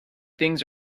things